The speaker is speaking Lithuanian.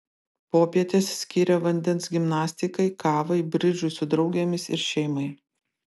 popietes skiria vandens gimnastikai kavai bridžui su draugėmis ir šeimai